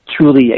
truly